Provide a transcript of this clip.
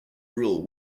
rule